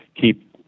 keep